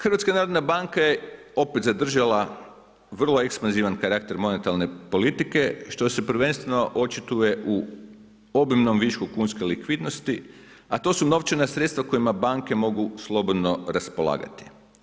Hrvatska narodna banka je opet zadržala vrlo ekspanzivan karakter monetarne politike što se prvenstveno očituje u obimnom višku kunske likvidnosti, a to su novčana sredstva kojima banke mogu slobodno raspolagati.